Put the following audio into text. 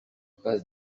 passe